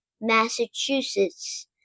Massachusetts